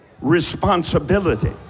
responsibility